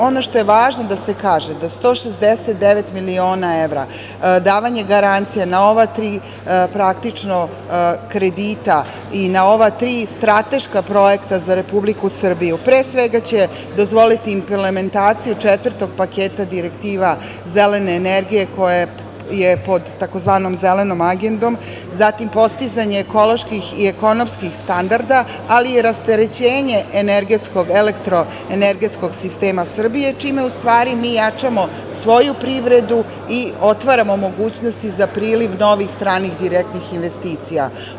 Ono što je važno da se kaže, da 169 miliona evra davanje garancije na ova tri praktično kredita i na ova tri strateška projekta za Republiku Srbiju pre svega će dozvoliti implementaciju četvrtog paketa direktiva Zelene energije, koja je pod tzv. zelenom agendom, zatim postizanje ekoloških i ekonomskih standarda, ali i rasterećenje energetskog, elektroenergetskog sistema Srbije, čime u stvari mi jačamo svoju privredu i otvaramo mogućnosti za priliv novih stranih direktnih investicija.